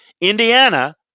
Indiana